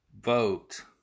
vote